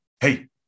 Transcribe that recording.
hey